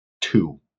two